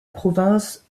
province